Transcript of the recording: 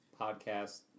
podcast